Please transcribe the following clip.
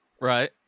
Right